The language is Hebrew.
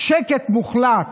שקט מוחלט.